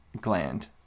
gland